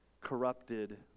corrupted